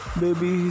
baby